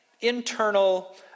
internal